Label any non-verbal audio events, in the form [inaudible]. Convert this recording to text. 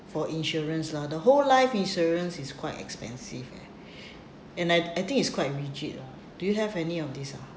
for insurance lah the whole life insurance is quite expensive eh [breath] and I I think it's quite rigid lah do you have any of these ah